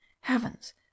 Heavens